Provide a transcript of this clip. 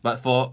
but for